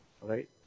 Right